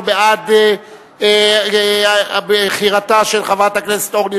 הוא בעד בחירתה של חברת הכנסת אורלי